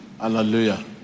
Hallelujah